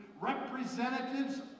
representatives